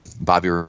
Bobby